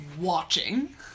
watching